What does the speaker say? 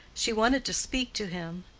she wanted to speak to him.